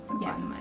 yes